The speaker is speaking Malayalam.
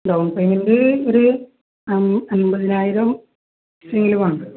ഡൗൺ പേയ്മെൻറ് ഒര് അമ്പതിനായിരം സെങ്കില വേണ്ട